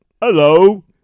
Hello